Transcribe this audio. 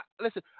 listen